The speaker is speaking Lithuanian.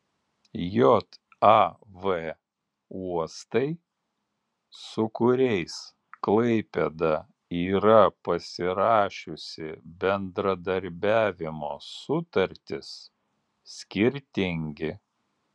jav uostai su kuriais klaipėda yra pasirašiusi bendradarbiavimo sutartis skirtingi